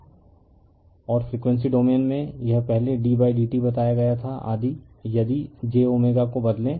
refer slide time 2947 और frequency domain में यह पहले d d t बताया गया था यदि j को बदलें